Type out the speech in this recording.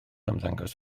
ymddangos